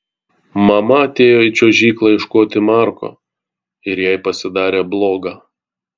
mama atėjo į čiuožyklą ieškoti marko ir jai pasidarė bloga